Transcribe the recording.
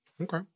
Okay